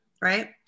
right